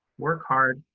work hard,